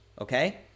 okay